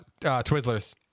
Twizzlers